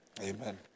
Amen